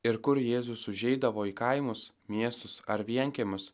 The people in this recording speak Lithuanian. ir kur jėzus užeidavo į kaimus miestus ar vienkiemius